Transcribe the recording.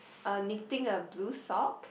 uh knitting a blue sock